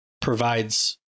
provides